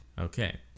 Okay